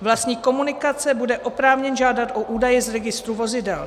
Vlastník komunikace bude oprávněn žádat o údaje z registru vozidel.